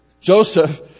Joseph